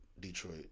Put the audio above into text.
Detroit